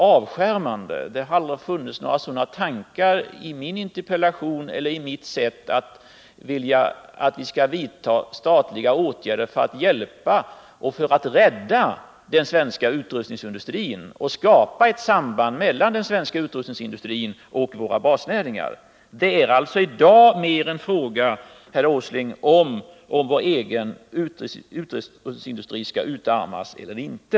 Det har inte heller framförts några sådana tankar vare sig i min interpellation eller i mitt understrykande av att statliga åtgärder bör vidtas för att rädda och hjälpa den svenska utrustningsindustrin och för att skapa ett samband mellan denna industri och våra basnäringar. Det är alltså, herr Åsling, i dag mer en fråga om huruvida vår egen utrustningsindustri skall utarmas eller inte.